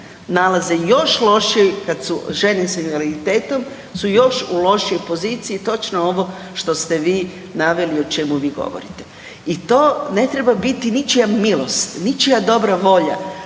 nalaze još lošije kad su žene s invaliditetom su u još u lošijoj poziciji, točno ovo što ste vi naveli, o čemu vi govorite. I to ne treba biti ničija milost, ničija dobra volja,